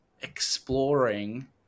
exploring